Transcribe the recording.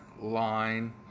line